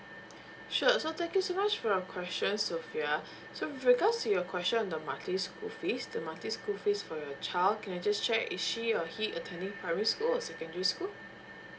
sure so thank you so much for your questions sofea so with regards to your question on the monthly school fees the monthly school fees for your child can I just check is she or he attending primary school or secondary school